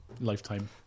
lifetime